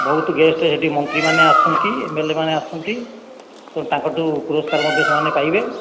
ବହୁତ ଗେଷ୍ଟ ସେଠି ମନ୍ତ୍ରୀମାନେ ଆସନ୍ତି ଏମଏଲଏ ମାନେ ଆସନ୍ତି ତେଣୁ ତାଙ୍କଠୁ ପୁରସ୍କାର ମଧ୍ୟ ସେମାନେ ପାଇବେ